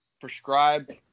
prescribed